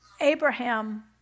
Abraham